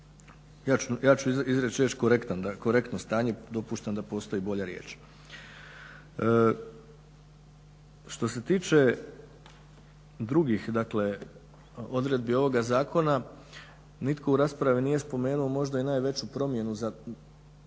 ja ću izreć riječ korektan, korektno stanje dopuštam da postoji bolja riječ. Što se tiče drugih dakle odredbi ovoga zakona nitko u raspravi nije spomenuo možda i najveću promjenu za